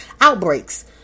outbreaks